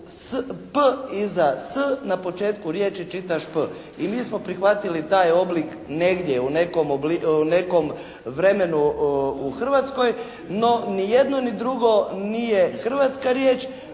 P iza S na početku riječi čita "ŠP" i mi smo prihvatili taj oblik negdje u nekom obliku, u nekom vremenu u Hrvatskoj. No ni jedno ni drugo nije hrvatska riječ,